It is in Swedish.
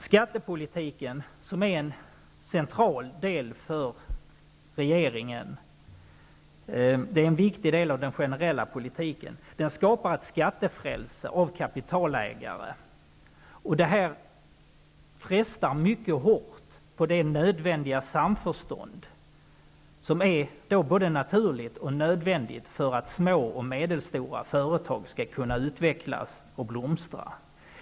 Skattepolitiken, som är central för regeringen och en viktig del av den generella politiken, skapar ett skattefrälse av kapitalägare. Detta frestar mycket hårt på det samförstånd som är både naturligt och nödvändigt för att små och medelstora företag skall kunna utvecklas och blomstra.